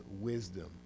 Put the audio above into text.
wisdom